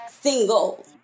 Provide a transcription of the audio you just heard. single